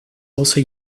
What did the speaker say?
also